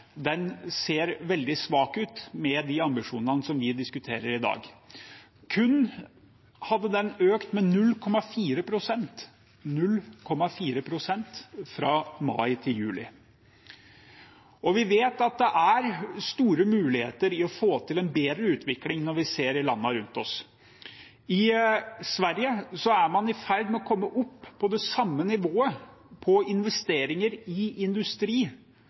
ser veldig svak ut med tanke på de ambisjonene vi diskuterer i dag. Den hadde kun økt med 0,4 pst. – 0,4 pst. – fra mai til juli. Vi vet at det er store muligheter til å få til en bedre utvikling når vi ser på landene rundt oss. I Sverige er man i ferd med å komme opp på det samme nivået på investeringer i industri